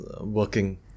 working